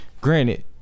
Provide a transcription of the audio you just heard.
Granted